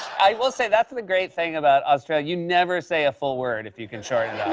i will say, that's the great thing about australia. you never say a full word if you can shorten